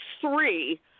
three